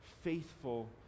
faithful